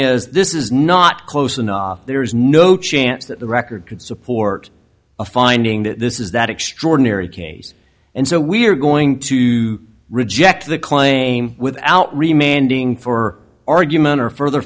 is this is not close enough there is no chance that the record could support a finding that this is that extraordinary case and so we're going to reject the claim without remaining for argument or further